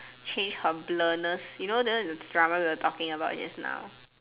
change her blurred lines you know that one is the drama we were talking about just now